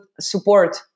support